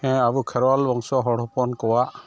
ᱦᱮᱸ ᱟᱵᱚ ᱠᱷᱮᱨᱣᱟᱞ ᱵᱚᱝᱥᱚ ᱦᱚᱲ ᱦᱚᱯᱚᱱ ᱠᱚᱣᱟ